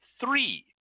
three